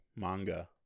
Manga